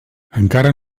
encara